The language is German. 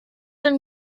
ein